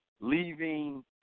leaving